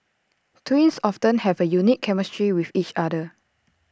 twins often have A unique chemistry with each other